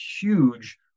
huge